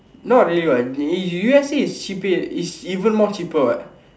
not really what U_S_A is cheaper is even more cheaper what